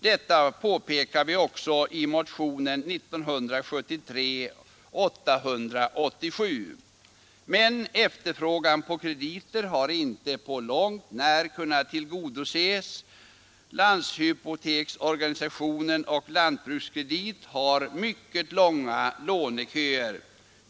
Detta påpekar vi också i motionen 1973: 887. Men efterfrågan på krediter har inte på långt när kunnat tillgodoses. Landshypoteksorganisationen och Lantbrukskredit har mycket långa låneköer.